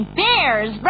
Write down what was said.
bears